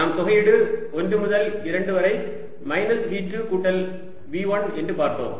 நாம் தொகையீடு 1 முதல் 2 வரை மைனஸ் V2 கூட்டல் V1 என்று எழுதுகிறோம்